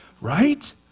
right